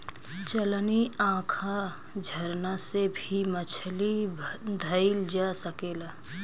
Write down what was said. चलनी, आँखा, झरना से भी मछली धइल जा सकेला